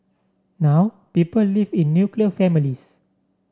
now people live in nuclear families